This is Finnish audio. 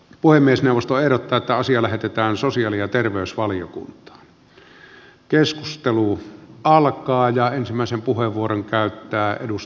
puhemiesneuvosto ehdottaa että asia lähetetään sosiaali ja terveysvaliokuntaan